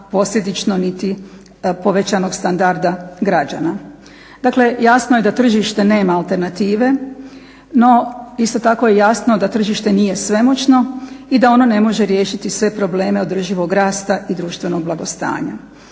posljedično niti povećanog standarda građana. Dakle, jasno je da tržište nema alternative. No, isto tako je jasno da tržište nije svemoćno i da ono ne može riješiti sve probleme održivog rasta i društvenog blagostanja.